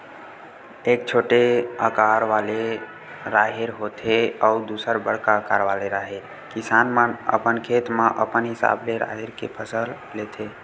एक छोटे अकार वाले राहेर होथे अउ दूसर बड़का अकार वाले राहेर, किसान मन अपन खेत म अपन हिसाब ले राहेर के फसल लेथे